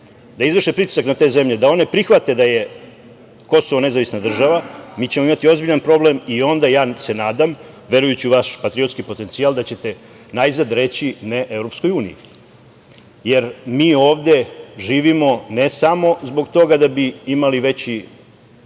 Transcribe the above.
da izvrše pritisak na te zemlje da one prihvate da je Kosovo nezavisna država, mi ćemo imati ozbiljan problem i onda ja se nadam, verujući u vaš patriotski potencijal, da ćete najzad reći ne EU.Mi ovde živimo ne samo zbog toga da mi imali veći